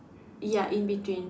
ya in between